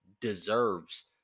deserves